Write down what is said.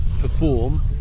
perform